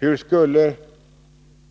Hur skulle